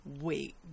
wait